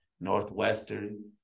Northwestern